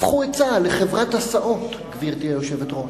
הפכו את צה"ל לחברת הסעות, גברתי היושבת-ראש.